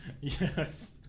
yes